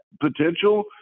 potential